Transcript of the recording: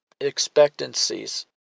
expectancies